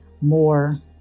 more